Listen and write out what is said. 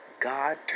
God